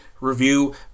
review